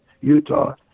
Utah